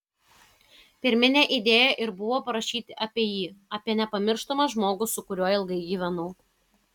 pirminė idėja ir buvo parašyti apie jį apie nepamirštamą žmogų su kuriuo ilgai gyvenau